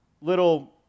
little